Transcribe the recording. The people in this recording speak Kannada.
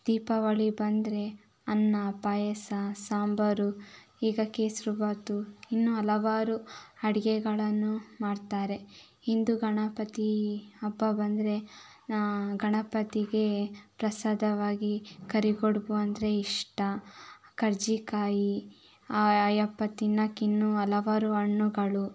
ದೀಪಾವಳಿ ಬಂದರೆ ಅನ್ನ ಪಾಯಸ ಸಾಂಬಾರು ಈಗ ಕೇಸರಿ ಭಾತು ಇನ್ನೂ ಹಲವಾರು ಅಡುಗೆಗಳನ್ನು ಮಾಡ್ತಾರೆ ಹಿಂದು ಗಣಪತಿ ಹಬ್ಬ ಬಂದರೆ ಗಣಪತಿಗೆ ಪ್ರಸಾದವಾಗಿ ಕರಿಗಡ್ಬು ಅಂದರೆ ಇಷ್ಟ ಕರ್ಜಿಕಾಯಿ ಯಪ್ಪಾ ತಿನ್ನೋಕ್ಕಿನ್ನೂ ಹಲವಾರು ಹಣ್ಣುಗಳು